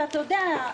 אתה יודע,